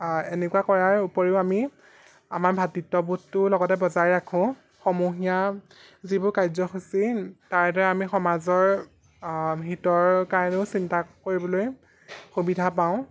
এনেকুৱা কৰাৰ উপৰিও আমি আমাৰ ভাতৃত্ববোধটোও লগতে বজাই ৰাখোঁ সমূহীয়া যিবোৰ কাৰ্যসূচী তাৰ দ্বাৰা আমি সমাজৰ হিতৰ কাৰণেও চিন্তা কৰিবলৈ সুবিধা পাওঁ